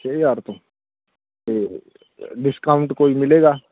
ਛੇ ਹਜ਼ਾਰ ਤੋਂ ਅਤੇ ਡਿਸਕਾਊਂਟ ਕੋਈ ਮਿਲੇਗਾ